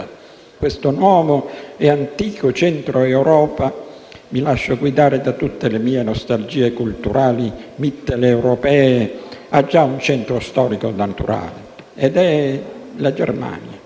Questo nuovo e antico Centro-Europa - mi lascio guidare da tutte le mie nostalgie culturali mitteleuropee - ha già un centro, storico-naturale, ed è la Germania.